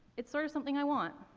it's sort of something i want.